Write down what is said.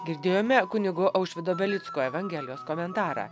girdėjome kunigo aušvydo belicko evangelijos komentarą